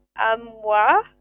Amwa